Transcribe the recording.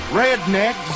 redneck